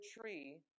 tree